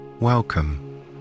Welcome